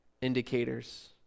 indicators